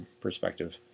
perspective